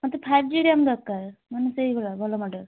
ମୋତେ five G RAM ଦରକାର ମାନେ ସେଇଭଳିଆ ଭଲ ମଡ଼େଲ୍